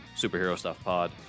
SuperHeroStuffPod